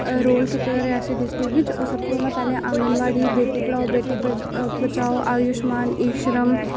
role कीते दा Reasi district बिच ओह् सतों पैह्लें आंगनबाड़ी बेटी पढ़ाओ बेटी बचाओ आयुशमान ई श्रम